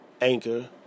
Anchor